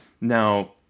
Now